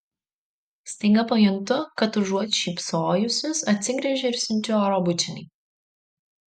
staiga pajuntu kad užuot šypsojusis atsigręžiu ir siunčiu oro bučinį